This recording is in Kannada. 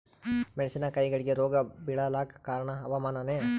ಮೆಣಸಿನ ಕಾಯಿಗಳಿಗಿ ರೋಗ ಬಿಳಲಾಕ ಕಾರಣ ಹವಾಮಾನನೇ?